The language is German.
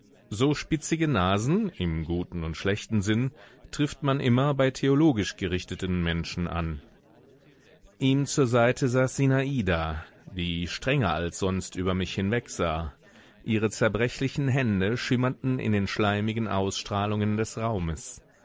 so spitzige nasen im guten und schlechten sinn trifft man immer bei theologisch gerichteten menschen an ihm zur seite saß sinada die strenger als sonst über mich hinweg sah ihre zerbrechlichen hände schimmerten in den schleimigen ausstrahlungen des raumes